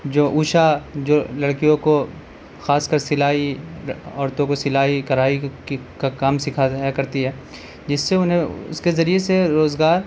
جو اوشا جو لڑکیوں کو خاص کر سلائی عورتوں کو سلائی کڑھائی کی کا کام سکھاتے ہیں کرتی ہے جس سے انہیں اس کے ذریعے سے روزگار